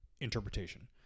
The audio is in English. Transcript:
interpretation